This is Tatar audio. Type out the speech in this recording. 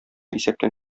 исәптән